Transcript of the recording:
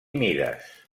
mides